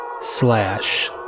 slash